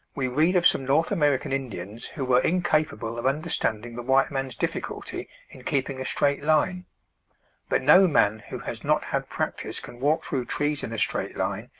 we read of some north american indians who were incapable of understanding the white man's difficulty in keeping a straight line but no man who has not had practice can walk through trees in a straight line,